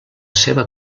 seva